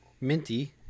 minty